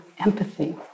empathy